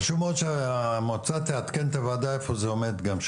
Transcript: חשוב מאוד המועצה תעדכן את הוועדה איפה זה עומד גם,